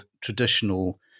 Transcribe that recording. traditional